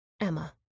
Emma